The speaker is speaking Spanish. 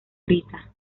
rita